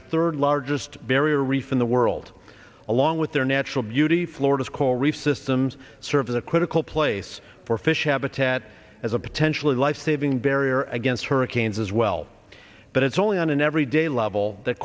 the third largest barrier reef in the world along with their natural beauty florida's coral reef systems serve as a critical place for fish habitat as a potentially life saving barrier against hurricanes as well but it's only on an every day level that